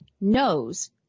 knows